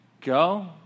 go